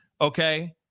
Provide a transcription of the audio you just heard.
Okay